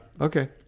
Okay